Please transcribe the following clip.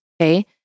Okay